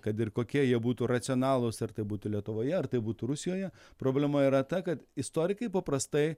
kad ir kokie jie būtų racionalūs ar tai būtų lietuvoje ar tai būtų rusijoje problema yra ta kad istorikai paprastai